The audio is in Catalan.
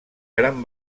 gran